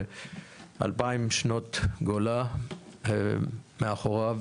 שאלפיים שנות גולה מאחוריו